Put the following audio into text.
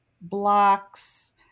blocks